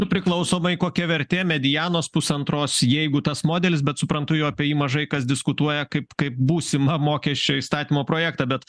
nu priklausomai kokia vertė medianos pusantros jeigu tas modelis bet suprantu jau apie jį mažai kas diskutuoja kaip kaip būsimą mokesčio įstatymo projektą bet